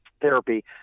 therapy